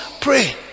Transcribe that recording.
pray